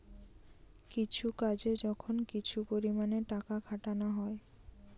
কিছু কাজে যখন কিছু পরিমাণে টাকা খাটানা হয়